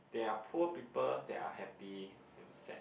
there are poor people that are happy and sad